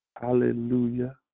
Hallelujah